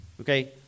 Okay